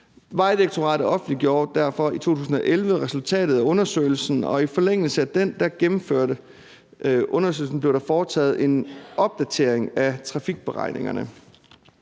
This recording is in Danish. Vejdirektoratet offentliggjorde derfor i 2011 resultatet af undersøgelsen, og i forlængelse af undersøgelsen blev der foretaget en opdatering af trafikberegningerne.